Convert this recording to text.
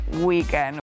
weekend